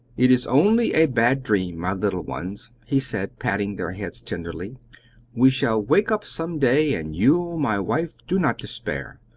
it is only a bad dream, my little ones, he said, patting their heads tenderly we shall wake up some day. and you, my wife, do not despair!